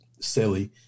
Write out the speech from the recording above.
silly